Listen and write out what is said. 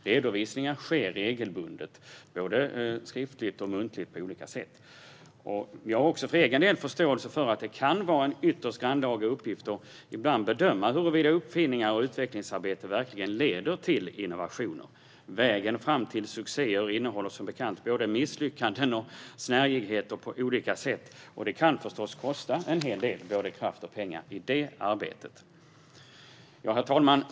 Redovisningar sker regelbundet, både skriftligt och muntligt på olika sätt. För egen del har jag förståelse för att det ibland kan vara en ytterst grannlaga uppgift att bedöma huruvida olika uppfinningar och utvecklingsarbeten verkligen leder till innovationer. Vägen fram till succé innehåller som bekant både misslyckanden och snärjigheter. Detta arbete kan förstås kosta en hel del kraft och pengar. Herr talman!